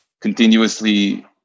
continuously